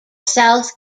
south